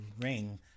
ring